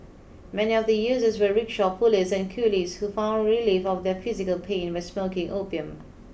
many of the users were rickshaw pullers and coolies who found relief of their physical pain by smoking opium